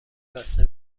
بسته